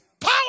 power